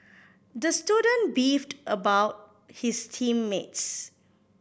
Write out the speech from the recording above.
the student beefed about his team mates